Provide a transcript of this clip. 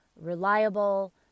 reliable